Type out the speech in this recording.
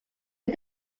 but